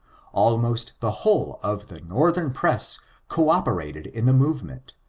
almost the whole of the northern press co-operated in the movement,